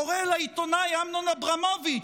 קורא לעיתונאי אמנון אברמוביץ',